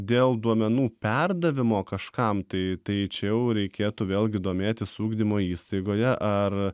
dėl duomenų perdavimo kažkam tai tai čia jau reikėtų vėlgi domėtis ugdymo įstaigoje ar